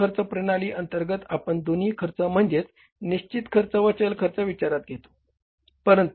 शोष खर्च प्रणाली अंतर्गत आपण दोन्ही खर्च म्हणजेच निश्चित खर्च व चल खर्च विचारात घेतोत